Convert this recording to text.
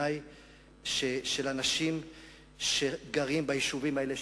על אנשים שגרים ביישובים האלה,